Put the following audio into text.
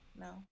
No